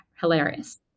hilarious